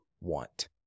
want